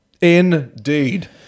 Indeed